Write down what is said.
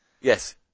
Yes